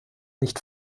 nicht